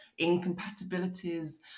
incompatibilities